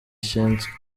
ishinzwe